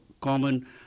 common